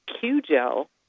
Q-gel